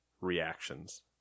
reactions